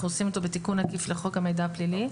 עושים בתיקון עקיף לחוק המידע הפלילי,